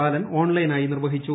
ബാലൻ ഓൺലൈനായി നിർവഹിച്ചു